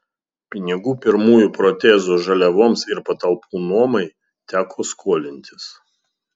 pinigų pirmųjų protezų žaliavoms ir patalpų nuomai teko skolintis